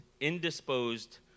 indisposed